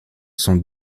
sont